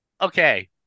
Okay